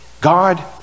God